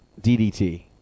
DDT